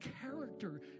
character